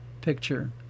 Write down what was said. picture